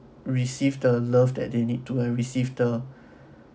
received the love that they need to and received the